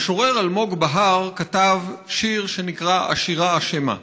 המשורר אלמוג בהר כתב שיר שנקרא: "השירה אשמה":